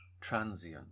transient